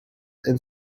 and